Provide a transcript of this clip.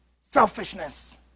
selfishness